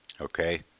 okay